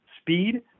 speed